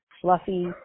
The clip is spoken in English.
fluffy